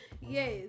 Yes